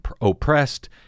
oppressed